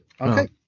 okay